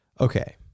Okay